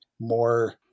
more